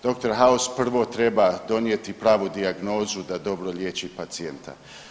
Dr. House prvo treba donijeti pravu dijagnozu da dobro liječi pacijenta.